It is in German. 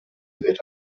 wird